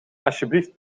alsjeblieft